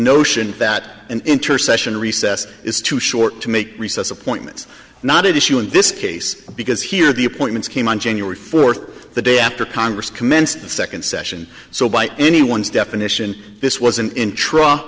notion that an intersession recess is too short to make recess appointments not at issue in this case because here the appointments came on january fourth the day after congress commenced the second session so by anyone's definition this was an intr